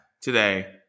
today